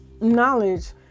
knowledge